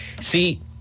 See